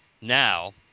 Now